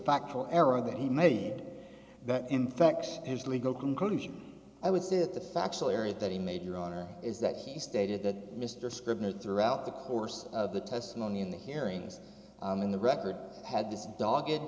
factual error that he made that in fact his legal conclusion i would say that the factual areas that he made your honor is that he stated that mr scribner throughout the course of the testimony in the hearings in the record had this dog